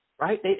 right